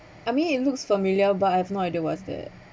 I mean it looks familiar but I've no idea what's that